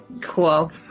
Cool